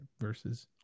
versus